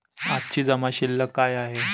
आजची जमा शिल्लक काय आहे?